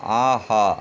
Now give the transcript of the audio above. ஆஹா